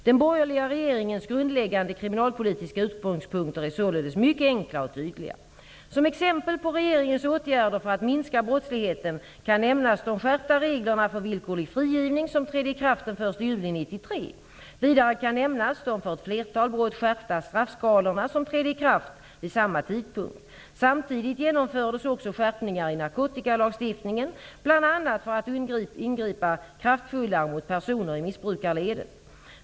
Den borgerliga regeringens grundläggande kriminalpolitiska utgångspunkter är således mycket enkla och tydliga. Som exempel på regeringens åtgärder för att minska brottsligheten kan nämnas de skärpta reglerna för villkorlig frigivning, som trädde i kraft den 1 juli 1993. Vidare kan nämnas de för ett flertal brott skärpta straffskalorna, som trädde i kraft vid samma tidpunkt. Samtidigt genomfördes också skärpningar i narkotikalagstiftningen, bl.a. för att ingripa kraftfullare mot personer i missbrukarledet.